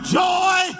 joy